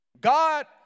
God